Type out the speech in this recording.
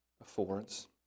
affords